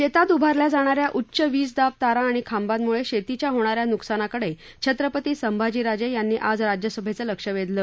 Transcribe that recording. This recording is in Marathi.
शेतात उभारल्या जाणाऱ्या उच्च वीज दाब तारा आणि खांबांमुळे शेतीच्या होणाऱ्या नुकसानाकडे छत्रपती संभाजीराजे यांनी आज राज्यसभेचं लक्ष वेधलं